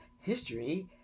history